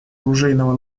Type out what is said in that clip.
оружейного